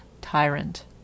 tyrant